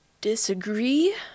disagree